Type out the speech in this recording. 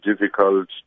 difficult